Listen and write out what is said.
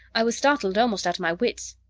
i was startled almost out of my wits.